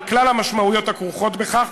על כלל המשמעויות הכרוכות בכך,